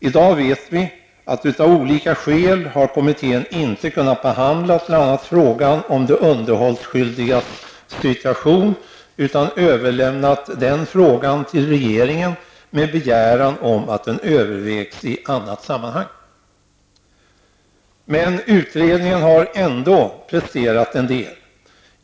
I dag vet vi att kommittén av olika skäl inte har kunnat behandla bl.a. frågan om de underhållsskyldigas situation utan har överlämnat den till regeringen med begäran om att den övervägs i annat sammanhang. Utredningen har ändå presterat en del.